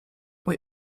mój